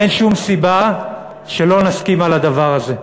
אין שום סיבה שלא נסכים על הדבר הזה.